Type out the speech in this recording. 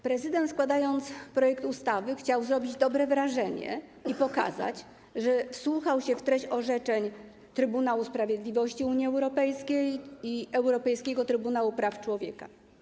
Prezydent, składając projekt ustawy, chciał zrobić dobre wrażenie i pokazać, że wsłuchał się w treść orzeczeń Trybunału Sprawiedliwości Unii Europejskiej i Europejskiego Trybunału Praw Człowieka.